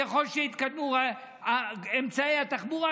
ככל שיתקדמו אמצעי התחבורה,